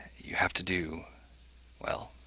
you have to do well,